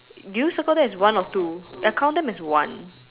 do you circle that as one or two I count them as one